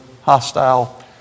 hostile